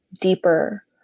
deeper